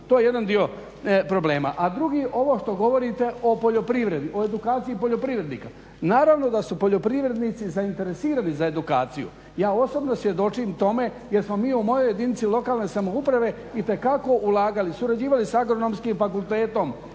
To je jedan dio problema. A drugi ovo što govorite o poljoprivredi, o edukaciji poljoprivrednika. Naravno da su poljoprivrednici zainteresirani za edukaciju. Ja osobno svjedočim tome jer smo mi u mojoj jedinici lokalne samouprave itekako ulagali, surađivali s Agronomskim fakultetom